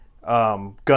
gun